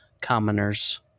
commoners